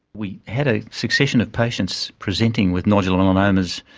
we had a succession of patients presenting with nodular melanomas,